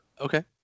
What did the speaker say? Okay